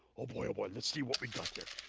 oh boy, oh boy, let's see what we got here.